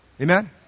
amen